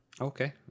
Okay